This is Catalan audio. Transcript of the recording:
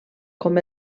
com